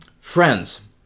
Friends